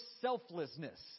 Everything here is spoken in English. selflessness